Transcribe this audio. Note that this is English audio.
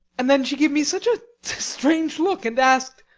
and then she gave me such a strange look, and asked,